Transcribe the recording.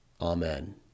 Amen